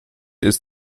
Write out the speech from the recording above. ist